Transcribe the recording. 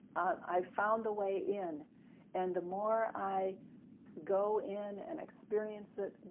i found the way in and the more i go in and experience it,